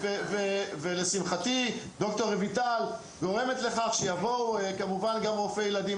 ולשמחתי ד"ר רויטל גורמת לכך שיבואו כמובן גם רופאי ילדים,